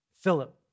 Philip